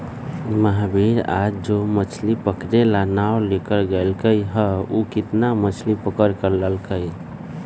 महावीर आज जो मछ्ली पकड़े ला नाव लेकर गय लय हल ऊ कितना मछ्ली पकड़ कर लल कय?